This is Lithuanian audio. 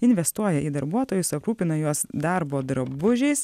investuoja į darbuotojus aprūpina juos darbo drabužiais